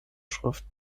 schrift